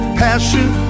passion